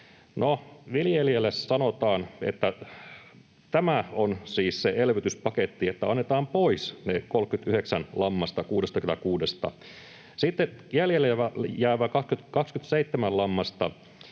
viljelijälle sanotaan, että tämä on siis se elvytyspaketti, että annetaan pois ne 39 lammasta 66:sta. Sitten jäljelle jäävistä 27 lampaasta